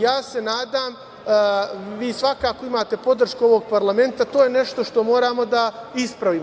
Ja se nadam, vi svakako imate podršku ovog parlamenta, to je nešto što moramo da ispravimo.